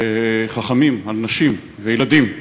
שחכמים על נשים וילדים,